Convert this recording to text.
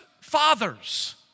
fathers